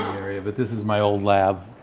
area, but this is my old lab.